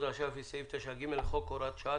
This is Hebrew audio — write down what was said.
אשראי לפי סעיף 9(ג) לחוק) (הוראת שעה),